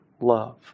love